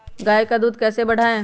गाय का दूध कैसे बढ़ाये?